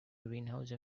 greenhouse